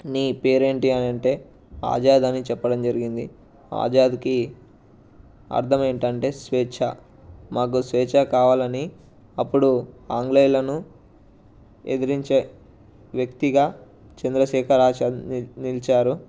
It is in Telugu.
నీ పేరేంటి అని అంటే ఆజాద్ అని చెప్పడం జరిగింది ఆజాద్కి అర్థం ఏంటంటే స్వేచ్ఛ మాకు స్వేచ్ఛ కావాలని అప్పుడు ఆంగ్లేయులను ఎదిరించే వ్యక్తిగా చంద్రశేఖర్ ఆజాద్ నిలిచారు